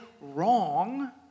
wrong